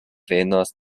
venos